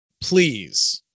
Please